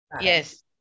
yes